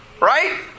Right